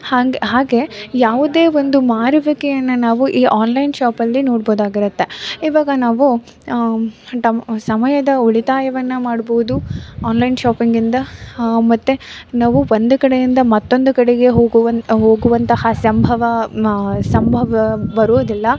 ಹಂಗೆ ಹಾಗೆ ಯಾವುದೇ ಒಂದು ಮಾರುವಿಕೆಯನ್ನು ನಾವು ಈ ಆನ್ಲೈನ್ ಶಾಪಲ್ಲಿ ನೋಡ್ಬೋದಾಗಿರುತ್ತೆ ಈವಾಗ ನಾವು ಟಮ್ ಸಮಯದ ಉಳಿತಾಯವನ್ನು ಮಾಡ್ಬೌದು ಆನ್ಲೈನ್ ಶಾಪಿಂಗಿಂದ ಮತ್ತು ನಾವು ಒಂದು ಕಡೆಯಿಂದ ಮತ್ತೊಂದು ಕಡೆಗೆ ಹೋಗುವನ್ ಹೋಗುವಂತಹ ಸಂಭವ ಮಾ ಸಂಭವ ಬರೋದಿಲ್ಲ